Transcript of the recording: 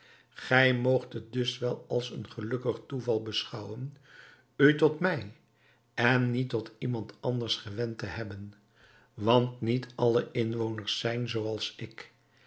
gij moogt het dus wel als een gelukkig toeval beschouwen u tot mij en niet tot iemand anders gewend te hebben want niet alle inwoners zijn zoo als ik